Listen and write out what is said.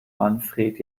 manfred